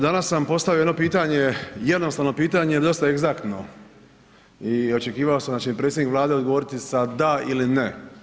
Danas sam postavio jedno pitanje, jednostavno pitanje, dosta egzaktno i očekivao sam da će predsjednik Vlade odgovoriti sa da ili ne.